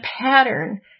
pattern